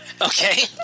Okay